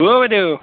অঁ বাইদেউ